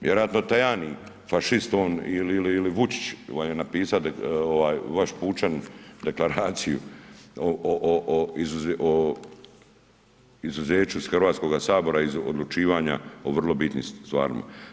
Vjerojatno Tajani, fašist on ili Vučić vam je napisao, vaš pučanin, deklaraciju o izuzeću Hrvatskoga sabora iz odlučivanja o vrlo bitnim stvarima.